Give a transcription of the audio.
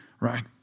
right